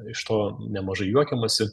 iš to nemažai juokiamasi